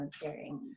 volunteering